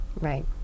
Right